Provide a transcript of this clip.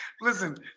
listen